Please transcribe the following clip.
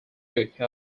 duke